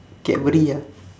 cadbury ah